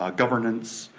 ah governance,